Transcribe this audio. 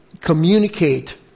communicate